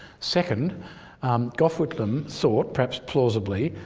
second gough whitlam thought, perhaps plausibly,